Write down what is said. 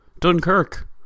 Dunkirk